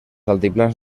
altiplans